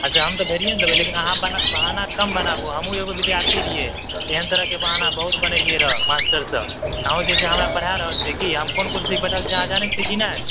अच्छा हम तऽ भरिए ने देबै लेकिन अहाँ बहाना कम बनाबू हमहूँ एगो विद्यार्थी रहियै एहन तरहके बहाना बहुत बनेलियै रहए मास्टरसँ अहूँ जे छै हमरा पढ़ाए रहल छियै कि हम कोन कुरसीपर बैठल छियै अहाँ जानैत छियै कि नहि